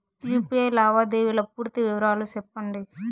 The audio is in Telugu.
యు.పి.ఐ లావాదేవీల పూర్తి వివరాలు సెప్పండి?